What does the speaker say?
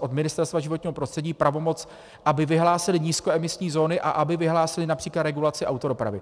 od Ministerstva životního prostředí mají pravomoc, vyhlásit nízkoemisní zóny a vyhlásit například regulaci autodopravy.